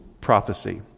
prophecy